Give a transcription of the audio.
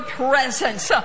presence